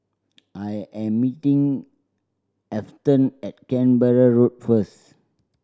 I am meeting Afton at Canberra Road first